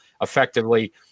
effectively